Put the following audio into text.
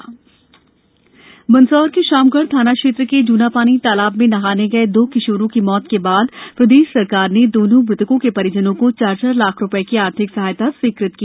मंदसौर हादसा मन्दसौर के शामगढ़ थाना क्षेत्र के जुनापानी तालाब में नहाने गए दो किशोरों की मौत के बाद प्रदेश सरकार ने दोनों मृतकों के परिजनों को चार चार लाख रुपए की आर्थिक सहायता स्वीकृत की